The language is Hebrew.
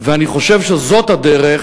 ואני חושב שזאת הדרך